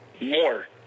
more